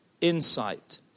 Insight